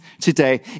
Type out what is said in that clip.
today